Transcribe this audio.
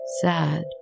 Sad